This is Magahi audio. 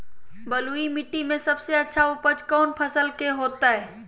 बलुई मिट्टी में सबसे अच्छा उपज कौन फसल के होतय?